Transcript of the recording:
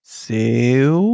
seu